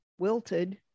wilted